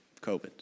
COVID